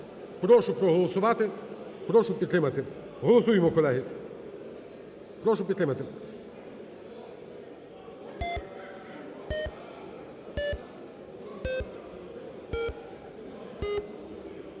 Прошу проголосувати, прошу підтримати. Голосуємо, колеги. Прошу підтримати.